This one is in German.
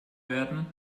werden